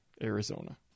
Arizona